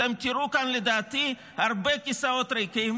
אתם תראו כאן לדעתי הרבה כיסאות ריקים